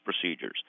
procedures